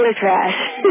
trash